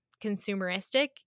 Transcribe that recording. consumeristic